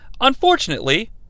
Unfortunately